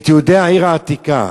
את יהודי העיר העתיקה?